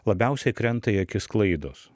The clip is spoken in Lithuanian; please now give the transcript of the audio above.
labiausiai krenta į akis klaidos